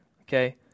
Okay